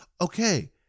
Okay